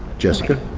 jessica.